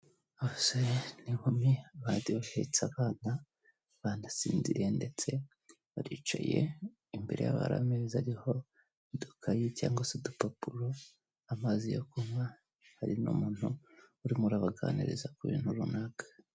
Abasore n'inkumi baje bahetse abana barasinziriye ndetse baricaye, imbere yabo hari ameza ariho udukaye cyangwa se udupapuro, amazi yo kunywa, hari n'umuntu uri kubaganiriza ku bintu runaka.